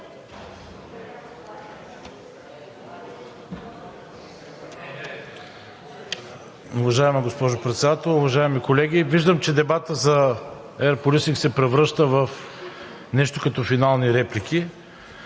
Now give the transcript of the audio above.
Уважаема госпожо Председател, уважаеми колеги! Виждам, че дебатът за Air Policing се превръща в нещо като финални реплики.